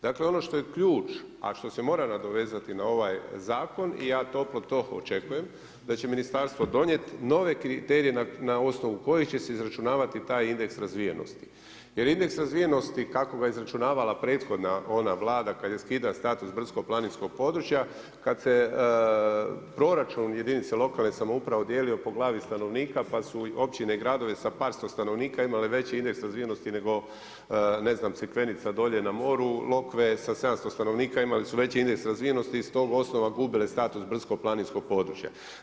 Dakle ono što je ključ, a što se mora nadovezati na ovaj zakon i ja toplo to očekujem da će ministarstvo donijet nove kriterije na osnovu kojih će se izračunavati taj indeks razvijenosti jer indeks razvijenosti kako ga je izračunavala prethodna ona vlada kada je skidala status brdsko planinskog područja, kada se proračun jedinica lokalne samouprave dijelio po glavi stanovnika pa su općine i gradovi sa par sto stanovnika imale veći indeks razvijenosti nego ne znam Crikvenica dolje na moru, Lokve sa 700 stanovnika imali su veći indeks razvijenosti i s tog osnova gubile status brdsko planinskog područja.